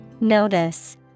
Notice